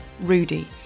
Rudy